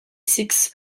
sikhs